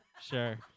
sure